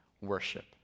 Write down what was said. worship